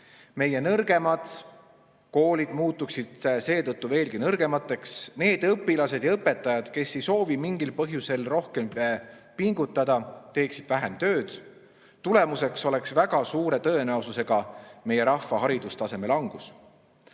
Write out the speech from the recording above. Meie nõrgemad koolid muutuksid seetõttu veelgi nõrgemaks. Need õpilased ja õpetajad, kes ei soovi mingil põhjusel rohkem pingutada, teeksid vähem tööd. Tulemuseks oleks väga suure tõenäosusega meie rahva haridustaseme langus. Veel